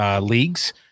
leagues